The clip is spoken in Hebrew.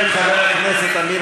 של חבר הכנסת עמיר